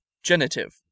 Genitive